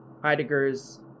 Heidegger's